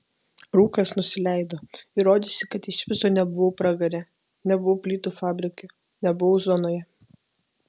rūkas nusileido ir rodėsi kad iš viso nebuvau pragare nebuvau plytų fabrike nebuvau zonoje